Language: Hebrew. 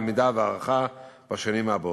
הלמידה וההערכה בשנים הבאות.